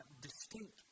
distinct